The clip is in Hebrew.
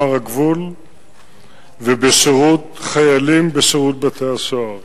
ביחידות משטרה שאינן משמר הגבול ובשירות חיילים בשירות בתי-הסוהר.